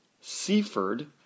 Seaford